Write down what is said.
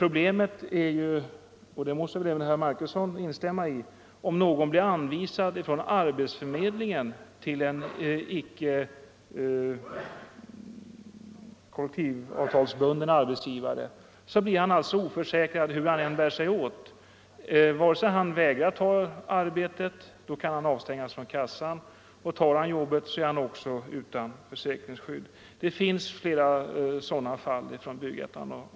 Om någon av arbetsförmedlingen blir anvisad anställning hos en icke kollektivavtalsbunden arbetsgivare blir han oförsäkrad hur han än bär sig åt. Om han vägrar ta arbetet kan han avstängas från kassan, och tar han jobbet är han också utan försäkringsskydd. Det finns flera sådana fall från Byggettan.